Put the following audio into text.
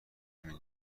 همین